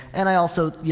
and i also, you